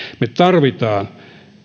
me tarvitsemme